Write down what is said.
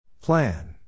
Plan